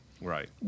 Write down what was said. Right